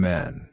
Men